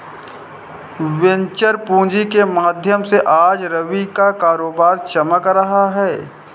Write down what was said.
venture पूँजी के माध्यम से आज रवि का कारोबार चमक रहा है